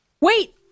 Wait